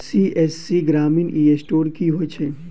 CSC ग्रामीण e store की होइ छै?